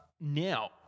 Now